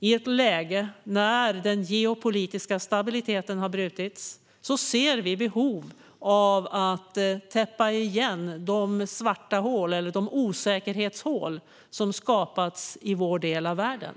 I ett läge där den geopolitiska stabiliteten har brutits ser vi behov av att täppa till de osäkerhetshål som skapats i vår del av världen.